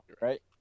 right